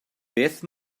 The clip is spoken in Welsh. beth